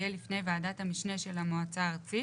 יהיה לפני ועדת המשנה של המועצה הארצית